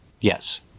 Yes